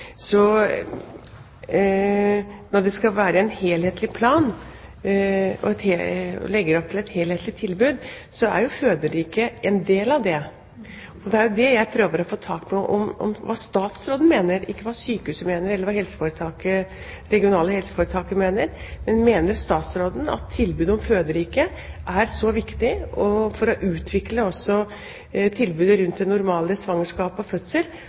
Når det skal være en helhetlig plan, og når man legger opp til et helhetlig tilbud, er jo Føderiket en del av dette. Det jeg prøver å få tak på, er hva statsråden mener, ikke hva sykehuset mener, eller hva det regionale helseforetaket mener. Mener statsråden at Føderiket er så viktig for å utvikle tilbudet rundt det normale svangerskap og fødsel